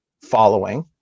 following